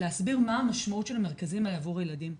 להסביר מה המשמעות של המרכזים האלה עבור הילדים.